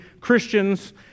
Christians